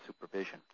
supervision